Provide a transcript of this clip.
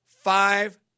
five